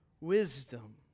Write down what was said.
Wisdom